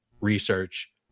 research